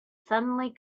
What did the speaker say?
suddenly